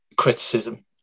criticism